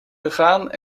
gegaan